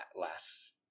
last